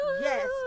Yes